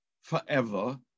forever